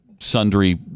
sundry